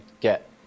get